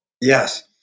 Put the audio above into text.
Yes